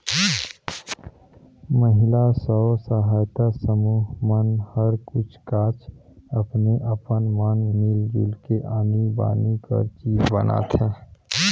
महिला स्व सहायता समूह मन हर कुछ काछ अपने अपन मन मिल जुल के आनी बानी कर चीज बनाथे